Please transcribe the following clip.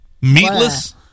Meatless